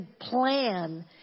plan